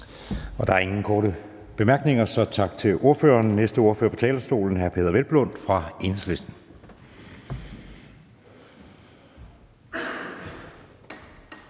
Der er ingen korte bemærkninger, så tak til ordføreren. Næste ordfører på talerstolen er hr. Peder Hvelplund fra Enhedslisten.